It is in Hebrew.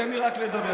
תן לי רק לדבר.